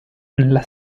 nella